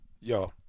yo